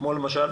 כמו למשל?